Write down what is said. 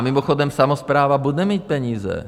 Mimochodem samospráva bude mít peníze.